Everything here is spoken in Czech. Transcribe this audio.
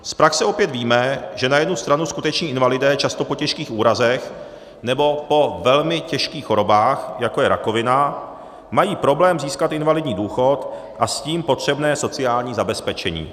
Z praxe opět víme, že na jednu stranu skuteční invalidé často po těžkých úrazech nebo po velmi těžkých chorobách, jako je rakovina, mají problém získat invalidní důchod a s tím potřebné sociální zabezpečení.